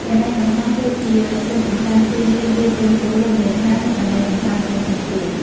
កន្លែងកម្សាន្ត ដូចជា សួនកម្សាន្ត ទីលានវាយកូនគោល រមណីយដ្ឋាន និងកន្លែងកម្សាន្តផ្សេងៗទៀត។